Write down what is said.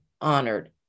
honored